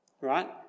right